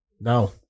no